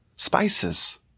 Spices